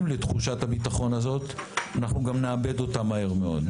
לתחושת הביטחון הזאת אנחנו גם נאבד אותה מהר מאוד.